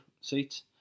seats